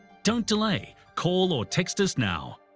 don't delay. call or text us now.